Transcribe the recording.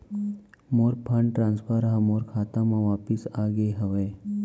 मोर fund transfer हा मोर खाता मा वापिस आ गे हवे